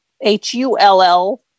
H-U-L-L